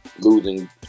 losing